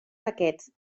paquets